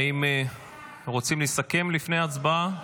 האם רוצים לסכם לפני הצבעה?